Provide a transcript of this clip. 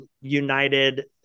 United